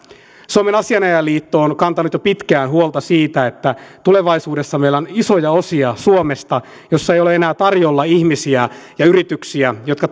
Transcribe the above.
suomen asianajajaliitto on kantanut jo pitkään huolta siitä että tulevaisuudessa meillä on isoja osia suomesta joissa ei ole enää tarjolla ihmisiä ja yrityksiä jotka